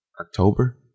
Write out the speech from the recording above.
October